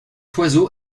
oiseau